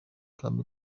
kami